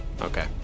Okay